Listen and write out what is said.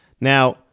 Now